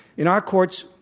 in our courts,